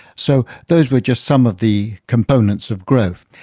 so those were just some of the components of growth.